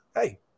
Hey